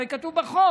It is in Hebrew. הרי כתוב בחוק